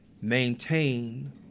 maintain